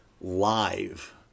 live